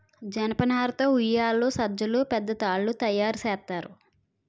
జనపనార తో ఉయ్యేలలు సజ్జలు పెద్ద తాళ్లు తయేరు సేత్తారు